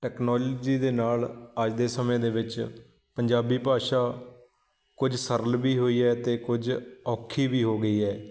technology ਦੇ ਨਾਲ ਅੱਜ ਦੇ ਸਮੇਂ ਦੇ ਵਿੱਚ ਪੰਜਾਬੀ ਭਾਸ਼ਾ ਕੁਝ ਸਰਲ ਵੀ ਹੋਈ ਹੈ ਅਤੇ ਕੁਝ ਔਖੀ ਵੀ ਹੋ ਗਈ ਹੈ